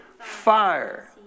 fire